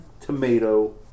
Tomato